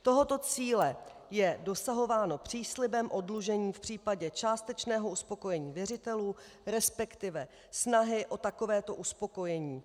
Tohoto cíle je dosahováno příslibem oddlužení v případě částečného uspokojení věřitelů, respektive snahy o takovéto uspokojení.